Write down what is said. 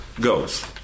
goes